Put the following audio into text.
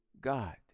God